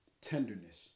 tenderness